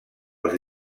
els